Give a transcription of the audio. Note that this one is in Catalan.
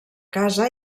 casa